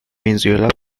venezuela